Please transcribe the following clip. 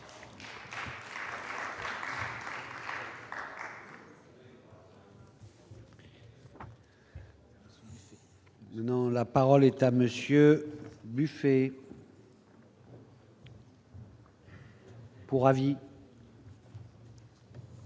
la parole est à monsieur Buffet. Pour avis.